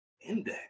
Index